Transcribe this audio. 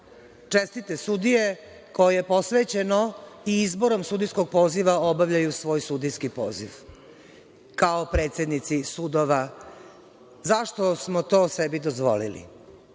Čestite sudije koje je posvećeno i izborom sudijskog poziva obavljaju svoj sudijski poziv kao predsednici sudova. Zašto smo to sebi dozvolili? Ovaj